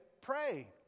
pray